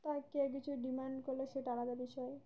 আর কেউ কিছু ডিমান্ড করলে সেটা আলাদা বিষয়